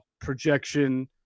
projection